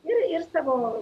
ir ir savo